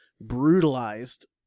brutalized